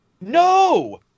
no